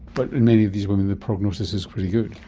but in many of these women the prognosis is pretty good.